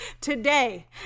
today